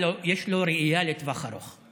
אבל יש לו ראייה לטווח ארוך,